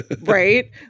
Right